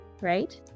right